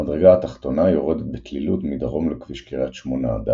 המדרגה התחתונה יורדת בתלילות מדרום לכביש קריית שמונה – דן,